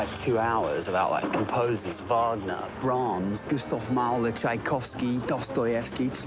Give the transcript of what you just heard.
two hours about, like, composers wagner, brahms, gustav mahler, tchaikovsky, dostoyevsky.